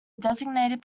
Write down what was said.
designated